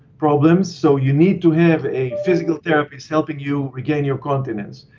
problems. so you need to have a physical therapist helping you regain your continence.